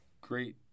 great